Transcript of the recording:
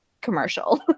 commercial